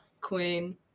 Queen